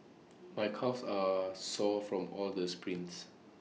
my calves are sore from all the sprints